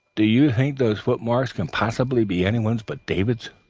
do you think those footmarks can possibly be anyone's but david's?